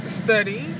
study